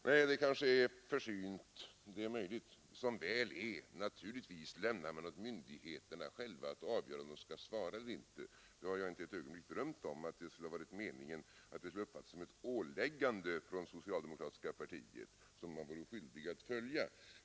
Herr talman! Nej, det kanske är försynt — som väl är! Naturligtvis lämnar man åt myndigheterna att själva avgöra huruvida de skall svara eller inte. Jag har inte ett ögonblick drömt om att det skulle uppfattas som ett åläggande från det socialdemokratiska partiet som myndigheterna är skyldiga att följa.